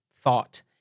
thought